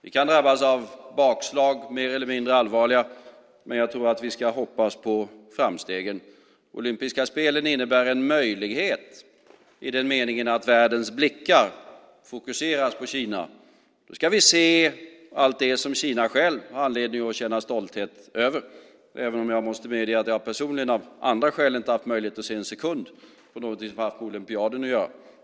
Vi kan drabbas av mer eller mindre allvarliga bakslag, men jag tror att vi ska hoppas på framstegen. Olympiska spelen innebär en möjlighet i den meningen att världens blickar fokuserar på Kina. Nu ska vi se allt som Kina har anledning att känna stolthet över - även om jag måste medge att jag personligen av andra skäl inte haft möjlighet att se en sekund av något som haft med olympiaden att göra.